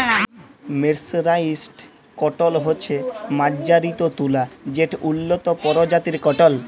mercerised cotton হছে মাজ্জারিত তুলা যেট উল্লত পরজাতির কটল